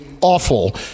awful